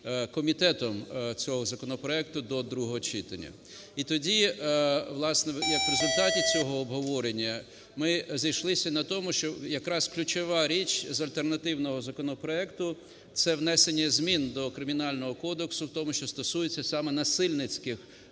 комітетом цього законопроекту до другого читання. І тоді, власне, як в результаті цього обговорення ми зійшлися на тому, що якраз ключова річ з альтернативного законопроекту - це внесення змін до Кримінального кодексу в тому, що стосується саме насильницьких